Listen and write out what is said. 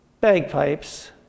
bagpipes